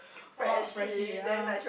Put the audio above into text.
orh a freshie uh